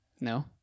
No